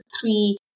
three